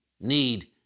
need